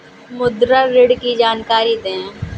मुद्रा ऋण की जानकारी दें?